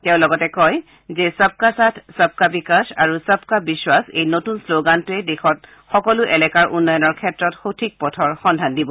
তেওঁ লগতে কয় যে সৰকা সাথ সবকা বিকাশ আৰু সবকা বিশ্বাস এই নতুন শ্লোগানটোৱে দেশত সকলো এলেকাৰ উন্নয়নৰ ক্ষেত্ৰত সঠিক পথৰ সদ্ধান দিব